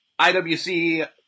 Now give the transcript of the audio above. IWC